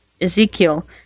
Ezekiel